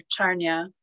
Charnia